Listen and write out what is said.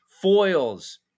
foils